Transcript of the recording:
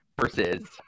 versus